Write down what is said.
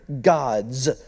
gods